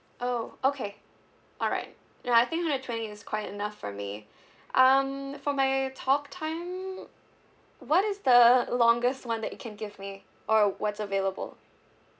oh okay alright no I think hundred twenty is quite enough for me um for my talk time what is the longest one that you can give me or what's available